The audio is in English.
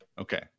Okay